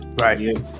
right